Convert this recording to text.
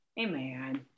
Amen